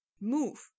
move